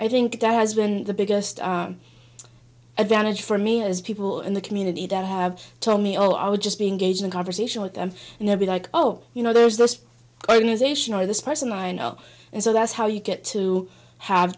i think that has been the biggest advantage for me as people in the community that have told me oh i would just be engaged in conversation with them and they'd be like oh you know there's this organization or this person i know and so that's how you get to have